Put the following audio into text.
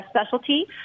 specialty